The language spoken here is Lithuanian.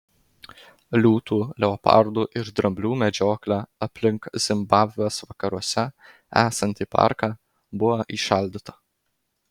liūtų leopardų ir dramblių medžioklė aplink zimbabvės vakaruose esantį parką buvo įšaldyta